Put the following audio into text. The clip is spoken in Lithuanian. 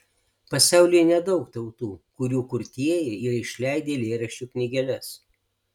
pasaulyje nedaug tautų kurių kurtieji yra išleidę eilėraščių knygeles